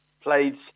played